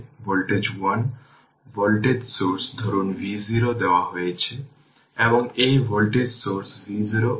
সুতরাং খুঁজে বের করতে হবে যে এই অংশটি সংক্ষিপ্ত করা হয়েছে